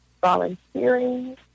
volunteering